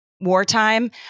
wartime